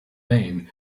maine